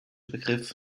begriff